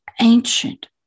ancient